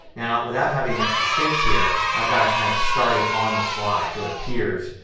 now without having the extra space here i've got to kind of start it on the slide so it appears,